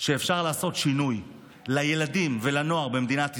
שאפשר לעשות דרכו שינוי לילדים ולנוער במדינת ישראל,